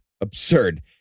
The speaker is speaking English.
absurd